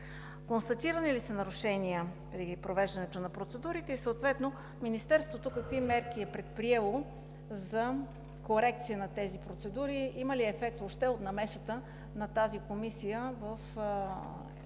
Констатирани ли са нарушения при провеждането на процедурите и съответно Министерството какви мерки е предприело за корекция на тези процедури? Има ли ефект въобще от намесата на тази комисия в